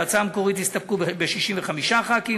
בהצעה המקורית הסתפקו ב-65 חברי כנסת.